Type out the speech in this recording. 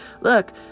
look